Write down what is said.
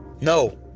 No